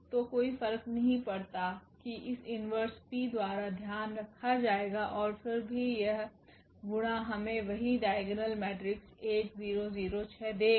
तो कोई फर्क नहीं पड़ता कि इस इन्वर्स P द्वारा ध्यान रखा जाएगा और फिर भी यह गुणा हमें वही डाइगोनल मेट्रिक्स देगा